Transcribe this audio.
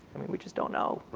i mean we just don't know. right,